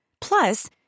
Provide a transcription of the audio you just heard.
Plus